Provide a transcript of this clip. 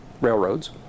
railroads